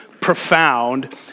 profound